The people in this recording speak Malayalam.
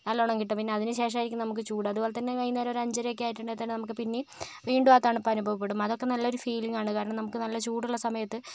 നല്ലവണ്ണം കിട്ടും പിന്നെ അതിന് ശേഷമായിരിക്കും നമുക്ക് ചൂട് അതുപോലെത്തന്നെ വൈകുന്നേരം ഒരു അഞ്ചരയൊക്കെ ആയിട്ടുണ്ടെങ്കിൽ നമുക്ക് പിന്നെയും വീണ്ടും ആ തണുപ്പ് അനുഭവപ്പെടും അതൊക്കെ നല്ലൊരു ഫീലിങ്ങാണ് കാരണം നമുക്ക് നല്ല ചൂടുള്ള സമയത്ത്